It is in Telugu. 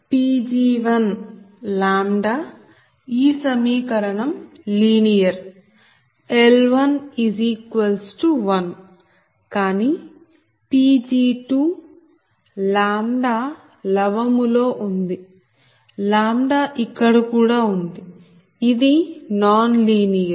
Pg1 λ ఈ సమీకరణం లీనియర్ L11 కానీ Pg2 λ లవము లో ఉంది ఇక్కడ కూడా ఉంది ఇది నాన్ లీనియర్